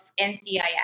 NCIS